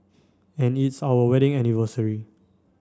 and it's our wedding anniversary